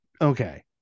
Okay